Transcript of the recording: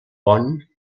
pont